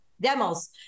demos